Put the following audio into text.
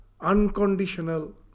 unconditional